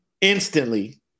instantly